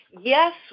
Yes